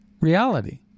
reality